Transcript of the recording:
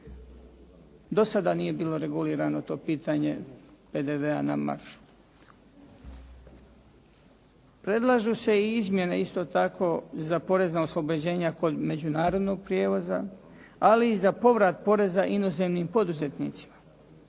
Do sada nije bilo regulirano to pitanje PDV-a na maržu. Predlažu se i izmjene isto tako za porezna oslobođenja kod međunarodnog prijevoza, ali i za povrat poreza inozemnim poduzetnicima.